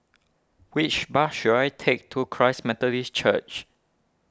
which bus should I take to Christ Methodist Church